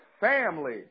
family